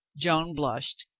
joan blushed,